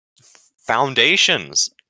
foundations